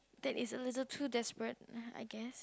that is a little too desperate I guess